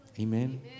Amen